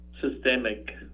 systemic